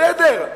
בסדר,